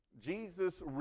Jesus